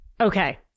Okay